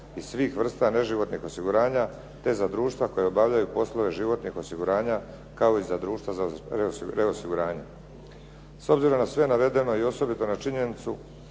i svih vrsta neživotnih osiguranja te za društva koja obavljaju poslove životnih osiguranja kao i za društva za reosiguranje. S obzirom na sve navedeno i osobito na činjenicu